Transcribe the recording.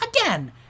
Again